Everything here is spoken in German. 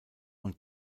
und